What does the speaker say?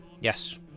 Yes